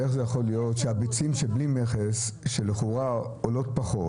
איך זה יכול להיות שהביצים שבלי מכס שלכאורה עולות פחות